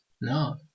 No